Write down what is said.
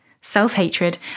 self-hatred